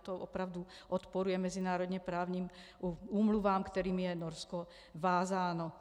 To opravdu odporuje mezinárodněprávním úmluvám, kterými je Norsko vázáno.